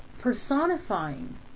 personifying